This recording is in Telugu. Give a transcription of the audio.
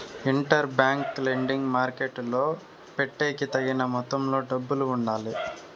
ఇంటర్ బ్యాంక్ లెండింగ్ మార్కెట్టులో పెట్టేకి తగిన మొత్తంలో డబ్బులు ఉండాలి